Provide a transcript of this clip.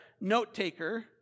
note-taker